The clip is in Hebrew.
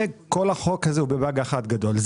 כל החוק הזה הוא בבאג אחד גדול.